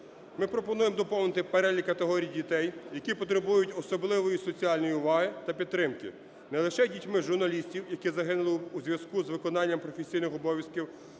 ми пропонуємо доповнити перелік категорій дітей, які потребують особливої соціальної уваги та підтримки, не лише дітьми журналістів, які загинули у зв'язку з виконанням професійних обов'язків